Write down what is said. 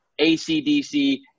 ACDC –